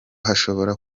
hashobora